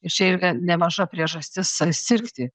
ir čia yra nemaža priežastis sirgti